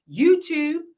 YouTube